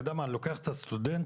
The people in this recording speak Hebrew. אני לוקח את הסטודנט